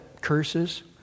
curses